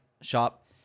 shop